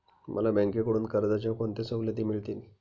मला बँकेकडून कर्जाच्या कोणत्या सवलती मिळतील?